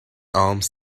alms